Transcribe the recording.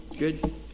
Good